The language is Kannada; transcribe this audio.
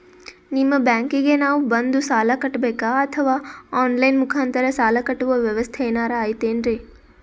ನಿಮ್ಮ ಬ್ಯಾಂಕಿಗೆ ನಾವ ಬಂದು ಸಾಲ ಕಟ್ಟಬೇಕಾ ಅಥವಾ ಆನ್ ಲೈನ್ ಮುಖಾಂತರ ಸಾಲ ಕಟ್ಟುವ ವ್ಯೆವಸ್ಥೆ ಏನಾರ ಐತೇನ್ರಿ?